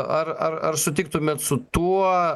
ar ar ar sutiktumėt su tuo